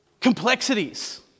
complexities